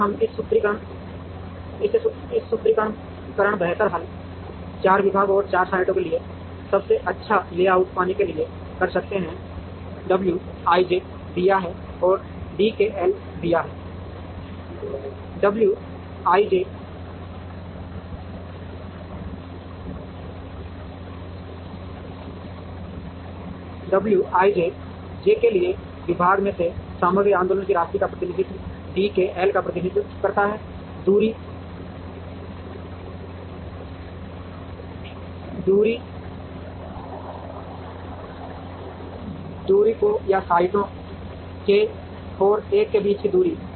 और हम इस सूत्रीकरण बेहतर हल 4 विभागों और 4 साइटों के लिए सबसे अच्छा लेआउट पाने के लिए कर सकते हैं Wij दिया है और DKL दिया है Wij जे के लिए विभाग मैं से सामग्री आंदोलन की राशि का प्रतिनिधित्व DKL का प्रतिनिधित्व करता है दूरी कू या साइटों k और l के बीच की दूरी